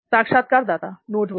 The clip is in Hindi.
साक्षात्कारदाता नोटबुक